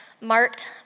marked